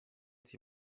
sie